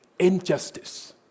Injustice